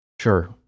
sure